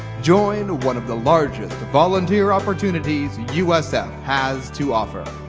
join one of the largest volunteer opportunities usf has to offer.